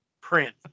print